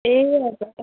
ए हजुर